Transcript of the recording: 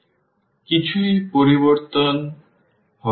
সুতরাং কিছুই পরিবর্তন হবে না